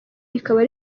rikaba